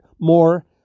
more